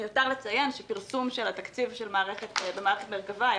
מיותר לציין שפרסום של התקציב במערכת מרכב"ה היה